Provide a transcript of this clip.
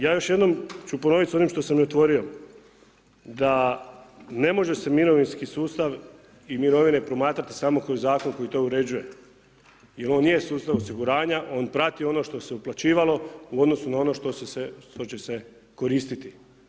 Ja još jednom ću ponoviti, s onim što sam i otvorio, da ne može se mirovinski sustav i mirovine promatrati kao zakon koji to uređuje, jer on nije sustav osiguranja, on prati ono što se uplaćivalo u odnosu na ono što će se koristiti.